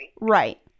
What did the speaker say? Right